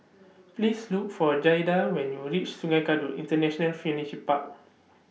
Please Look For Jayda when YOU REACH Sungei Kadut International Furniture Park